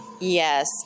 Yes